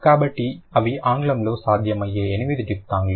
కాబట్టి ఇవి ఆంగ్లంలో సాధ్యమయ్యే 8 డిఫ్థాంగ్లు